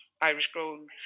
Irish-grown